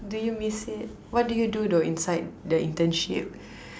do you miss it what do you do though inside the internship